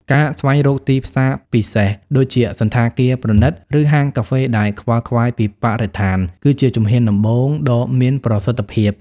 ការស្វែងរកទីផ្សារពិសេស ដូចជាសណ្ឋាគារប្រណីត ឬហាងកាហ្វេដែលខ្វល់ខ្វាយពីបរិស្ថាន គឺជាជំហានដំបូងដ៏មានប្រសិទ្ធភាព។